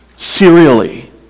serially